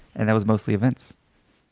and that was mostly events.